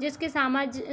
जिसके